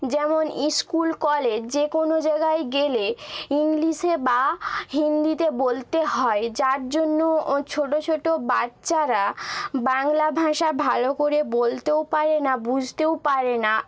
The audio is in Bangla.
যেমন স্কুল কলেজ যে কোনো জায়গায় গেলে ইংলিশে বা হিন্দিতে বলতে হয় যার জন্য ছোটো ছোটো বাচ্চারা বাংলা ভাষা ভালো করে বলতেও পারে না বুঝতেও পারে না